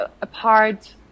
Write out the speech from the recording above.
apart